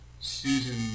Susan